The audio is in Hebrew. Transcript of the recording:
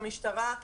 המשטרה,